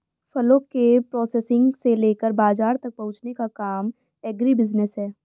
फलों के प्रोसेसिंग से लेकर बाजार तक पहुंचने का काम एग्रीबिजनेस है